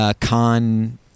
Con